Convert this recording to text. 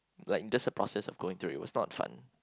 like just the process of going through it was not fun